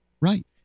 right